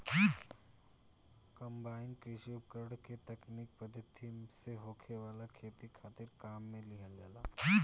combine कृषि उपकरण के तकनीकी पद्धति से होखे वाला खेती खातिर काम में लिहल जाला